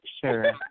sure